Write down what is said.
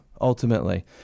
ultimately